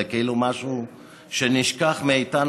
זה כאילו משהו שנשכח מאיתנו,